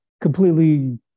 completely